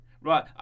Right